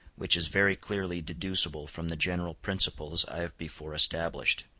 which is very clearly deducible from the general principles i have before established.